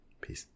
Peace